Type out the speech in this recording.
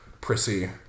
prissy